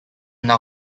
now